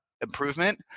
improvement